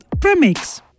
Premix